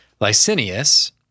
Licinius